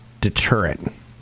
deterrent